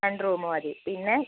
രണ്ടു റൂമ് മതി പിന്നെ